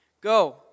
Go